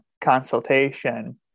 consultation